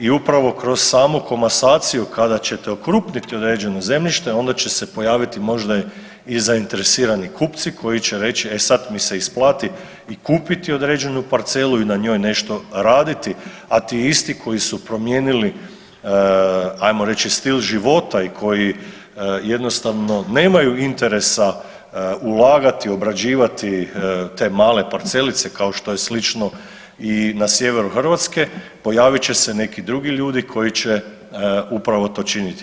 I upravo kroz samu komasaciju kada ćete okrupniti određeno zemljište onda će se pojaviti možda i zainteresirani kupci koji će reći e sad mi se isplati i kupiti određenu parcelu i na njoj nešto raditi, a ti isti koji su promijenili ajmo reći stil života i koji jednostavno nemaju interesa ulagati, obrađivati te male parcelice kao što je slično i na sjeveru Hrvatske, pojavit će se neki drugi ljudi koji će upravo to činiti.